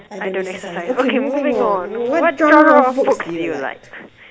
I don't exercise okay moving on what genre of books do you like